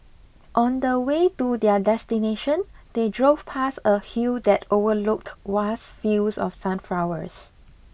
on the way to their destination they drove past a hill that overlooked vast fields of sunflowers